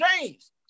James